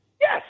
Yes